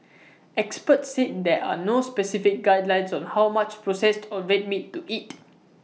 experts said there are no specific guidelines on how much processed or red meat to eat